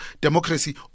democracy